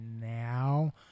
now